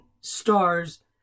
stars